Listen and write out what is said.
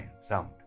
sound